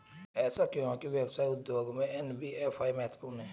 ऐसा क्यों है कि व्यवसाय उद्योग में एन.बी.एफ.आई महत्वपूर्ण है?